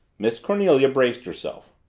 miss cornelia braced herself.